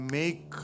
make